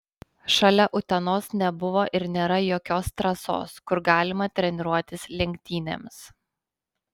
šalia utenos nebuvo ir nėra jokios trasos kur galima treniruotis lenktynėms